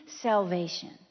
salvation